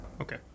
Okay